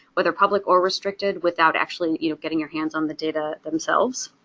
whether public or restricted, without actually you know getting your hands on the data themselves.